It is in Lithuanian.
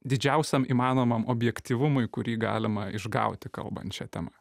didžiausiam įmanomam objektyvumui kurį galima išgauti kalbant šia tema